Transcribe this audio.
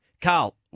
Carl